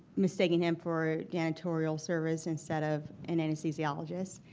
mistaking him for janitorial service instead of an anesthesiologist.